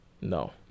No